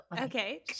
Okay